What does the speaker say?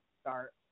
start